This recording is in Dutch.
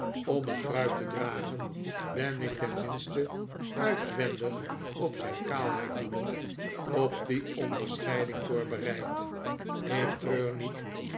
om een pruik te dragen ben ik ten minste uitwendig op zijn kaalheid doelend op die onderscheiding voorbereid ik treur niet